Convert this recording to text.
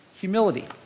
Humility